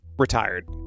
retired